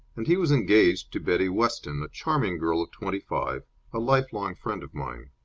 and he was engaged to betty weston, a charming girl of twenty-five, a lifelong friend of mine.